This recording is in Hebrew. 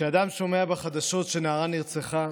"כשאדם שומע בחדשות שנערה נרצחה,